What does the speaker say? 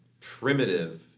primitive